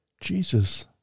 Jesus